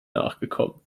nachgekommen